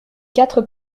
quatre